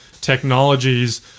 technologies